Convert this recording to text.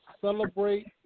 Celebrate